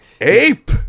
Ape